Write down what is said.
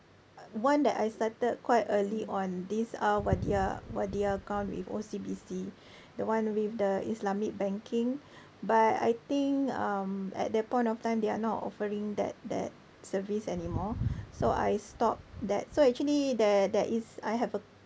one that I started quite early on these are Wadiah Wadiah account with O_C_B_C the one with the islamic banking but I think um at that point of time they are not offering that that service anymore so I stopped that so actually there there is I have a